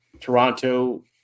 Toronto